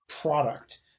product